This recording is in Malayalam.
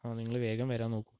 ആ നിങ്ങള് വേഗം വരാൻ നോക്ക്